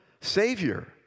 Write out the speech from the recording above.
savior